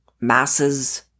masses